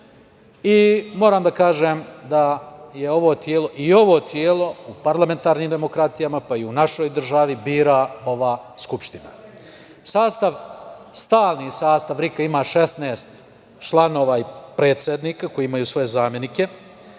Moram da kažem da i ovo telo u parlamentarnim demokratijama, pa i u našoj državi, bira ova Skupština. Stalni sastav RIK-a ima 16 članova i predsednika, koji imaju svoje zamenike,